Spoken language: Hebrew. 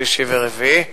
שלישי ורביעי,